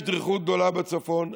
יש דריכות גדולה בצפון.